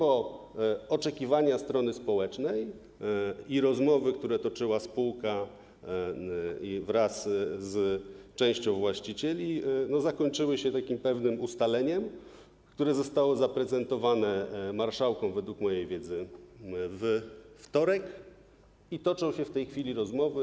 Oczekiwania strony społecznej i rozmowy, które toczyła spółka wraz z częścią właścicieli, zakończyły się pewnym takim ustaleniem, które zostało zaprezentowane marszałkom według mojej wiedzy we wtorek, i toczą się w tej chwili rozmowy.